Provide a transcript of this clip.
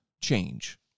change